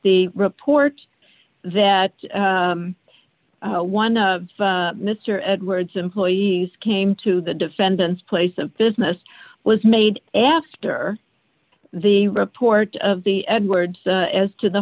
the reports that one of mr edwards employees came to the defendant's place of business was made after the report of the edwards as to the